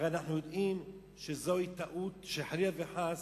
הרי אנחנו יודעים שזוהי טעות שחלילה וחס,